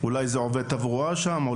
אולי זה עובד תברואה שם,